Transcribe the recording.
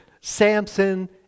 Samson